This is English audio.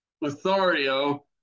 Lothario